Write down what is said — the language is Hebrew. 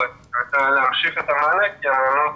המעונות